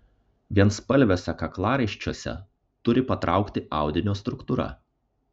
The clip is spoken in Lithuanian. vienspalviuose kaklaraiščiuose turi patraukti audinio struktūra